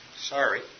Sorry